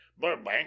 burbank